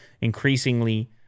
increasingly